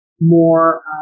more